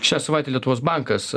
šią savaitę lietuvos bankas